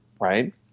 right